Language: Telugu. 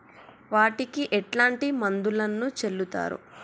వాటికి ఎట్లాంటి మందులను చల్లుతరు?